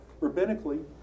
rabbinically